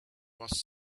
was